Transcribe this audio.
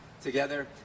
together